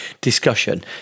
discussion